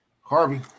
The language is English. Harvey